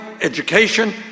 education